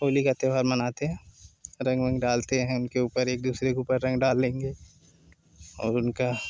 होली का त्यौहार मनाते हैं रंग वंग डालते हैं उनके ऊपर एक दूसरे के ऊपर रंग डालेंगे और उनका